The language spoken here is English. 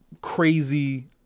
crazy